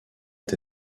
est